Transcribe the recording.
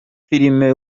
filime